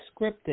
scripted